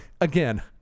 again